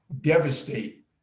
devastate